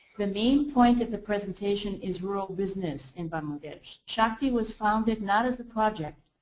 the main point of the presentation is rural business in bangladesh. shakti was founded, not as a project.